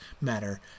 matter